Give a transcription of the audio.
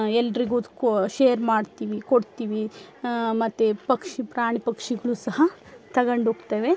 ಎಲ್ರಿಗೂ ಕೋ ಶೇರ್ ಮಾಡ್ತೀವಿ ಕೊಡ್ತೀವಿ ಮತ್ತು ಪಕ್ಷಿ ಪ್ರಾಣಿ ಪಕ್ಷಿಗಳು ಸಹ ತಗೊಂಡ್ ಹೋಗ್ತವೆ